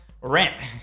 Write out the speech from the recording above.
rent